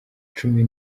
cumi